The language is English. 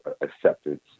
acceptance